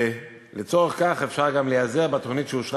ולצורך זה אפשר גם להיעזר בתוכנית שאושרה